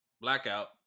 blackout